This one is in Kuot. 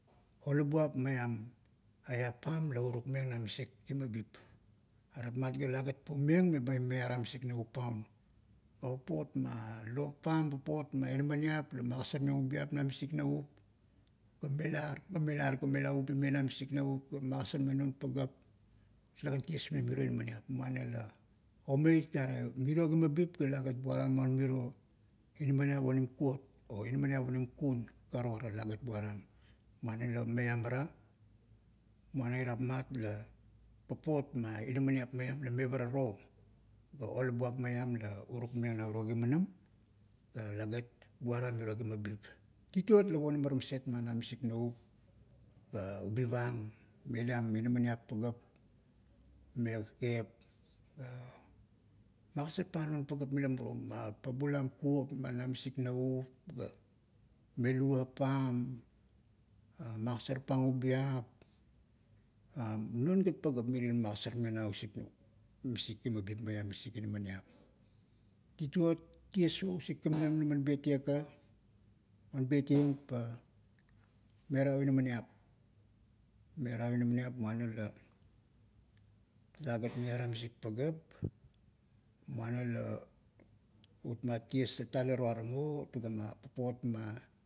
Olabuap maiam, eap pam la urukmeng na misik kimabip. Are rapmat, ga talegat puomeng meba maiaram misik navup paun. Papot ma lop pam, papot ma inamaniap la-magasarmeng ubiap na misik navup, ga melar, ga melar, ga mela ubimeng na misik navup, ga magasarameng non pagap, talesan tiesmeng miro inaminiap, muana la omeit gare, miro kimabip ga lagat buaram maun miro inamninap onim kuot, o inamaniap onim kun karukara, talagart muaram, muana la meiam ara, muana rapmat ga papot ma inamaniap maiam la mevara to, ga olabuap maiam la urukmeng na uro kimanam, ga la gat buaram miro kimabip. Tituot la ponamara maset mana misik navup, ga ubivang, meliam inaminiap pagap me kakep, ga magasarpang non pagap mila murum. Pabulam kuop mana misik navup, ga me luvap pam, magarpang ubiap, a non gat pagap mirie man magasarmeng na usik, misik kimabip maim misik inamaniap. Tituot, ties o usik kimanam laman betieng ka, man betieng pa, merau inamaniap, merau inamaniap muana la, talagat miaram misik pagap, muana la utmat ties lata la tuarama, tugama papot ma,